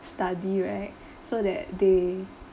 study right so that they